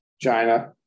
China